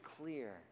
clear